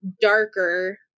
darker